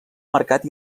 mercat